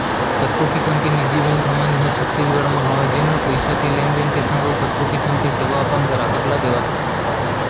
कतको किसम के निजी बेंक हमन इहॉं छत्तीसगढ़ म हवय जेन म पइसा के लेन देन के संग अउ कतको किसम के सेवा अपन गराहक ल देवत हें